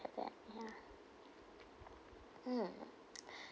at that yeah mm